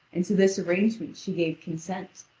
and to this arrangement she gave consent.